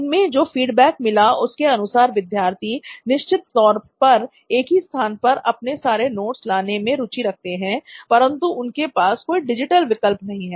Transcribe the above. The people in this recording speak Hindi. हमें जो फीडबैक मिला उसके अनुसार विद्यार्थी निश्चित तौर पर एक ही स्थान पर अपने सारे नोट्स लाने में रुचि रखते हैं परंतु उनके पास कोई डिजिटल विकल्प नहीं है